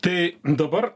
tai dabar